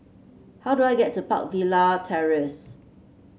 how do I get to Park Villa Terrace